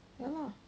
ya lah